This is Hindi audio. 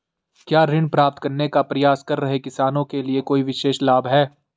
क्या ऋण प्राप्त करने का प्रयास कर रहे किसानों के लिए कोई विशेष लाभ हैं?